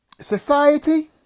society